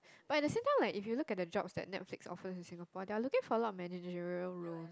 but at the same time like if you look at the jobs that Netflix offers in Singapore they are looking for a lot of managerial roles